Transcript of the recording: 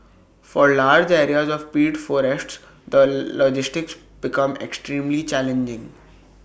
for large areas of peat forests the logistics become extremely challenging